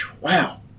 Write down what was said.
wow